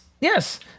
yes